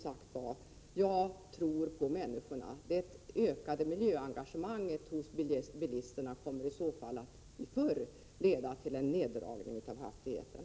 Jag tror som sagt på människorna. Det ökade miljöengagerhanget hos bilisterna kommer i så fall snarare att leda till en neddragning av hastigheten.